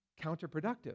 Counterproductive